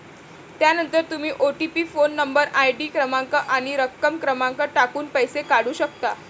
त्यानंतर तुम्ही OTP phone number, ID क्रमांक आणि रक्कम क्रमांक टाकून पैसे काढू शकता